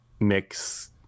mix